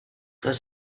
was